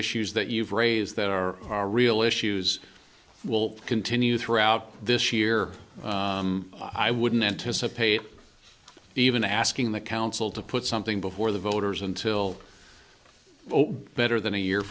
issues that you've raised that are are real issues will continue throughout this year i wouldn't anticipate even asking the council to put something before the voters until better than a year